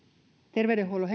terveydenhuollon